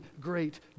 great